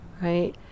right